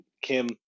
Kim